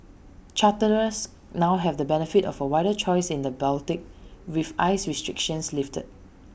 charterers now have the benefit of A wider choice in the Baltic with ice restrictions lifted